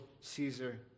Caesar